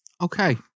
Okay